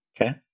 Okay